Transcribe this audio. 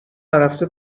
نرفته